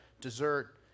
dessert